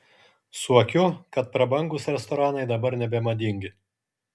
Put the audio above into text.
suokiu kad prabangūs restoranai dabar nebemadingi